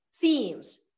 themes